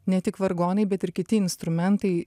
ne tik vargonai bet ir kiti instrumentai